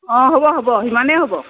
অ হ'ব হ'ব সিমানেই হ'ব